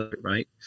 right